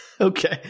okay